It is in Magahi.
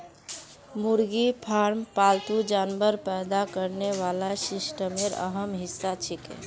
मुर्गी फार्म पालतू जानवर पैदा करने वाला सिस्टमेर अहम हिस्सा छिके